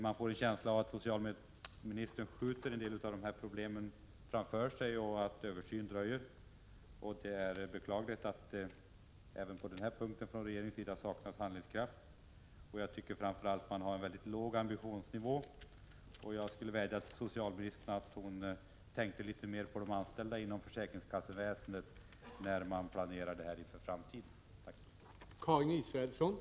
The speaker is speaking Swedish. Man får en känsla av att socialministern skjuter en del av problemen framför sig och att översynen dröjer. Det är beklagligt att regeringen även på denna punkt saknar handlingskraft. Jag tycker framför allt att regeringen har mycket låg ambitionsnivå. Jag skulle vilja vädja till socialministern att hon inför den framtida planeringen tänker litet mera på de anställda inom försäkringskasseväsendet.